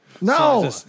No